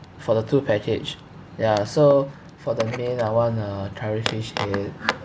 for the two package ya so for the main I want a curry fish head